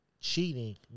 cheating